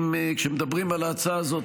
כשמדברים את ההצעה הזאת,